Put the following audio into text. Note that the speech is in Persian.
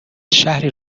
شهری